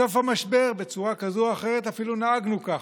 בסוף המשבר, בצורה כזו או אחרת, אפילו נהגנו ככה.